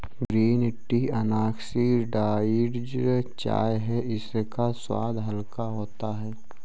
green tea unoxidised चाय है इसका स्वाद हल्का होता है